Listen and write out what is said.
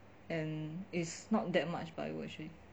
and is not that much bio actually